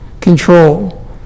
control